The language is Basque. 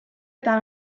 eta